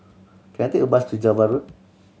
can I take a bus to Java Road